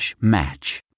match